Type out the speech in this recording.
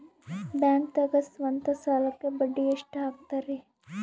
ಬ್ಯಾಂಕ್ದಾಗ ಸ್ವಂತ ಸಾಲಕ್ಕೆ ಬಡ್ಡಿ ಎಷ್ಟ್ ಹಕ್ತಾರಿ?